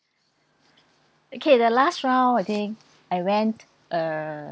okay the last round I think I went uh